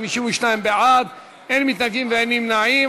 52 בעד, אין מתנגדים ואין נמנעים.